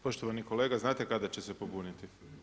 Poštovani kolega, znate kada će se pobuniti?